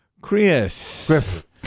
Chris